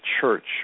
church